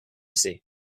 see